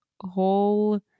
whole